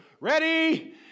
Ready